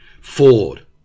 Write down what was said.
Ford